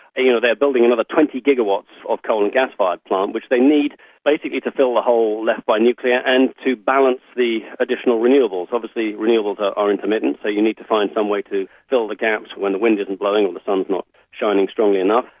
you know they're building another twenty gigawatts of coal and gas fired plant which they need basically to fill the hole left by nuclear and to balance the additional renewables. obviously renewables are intermittent, so you need to find some way to fill the gaps when the wind isn't blowing and the sun's not shining strongly enough.